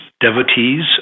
devotees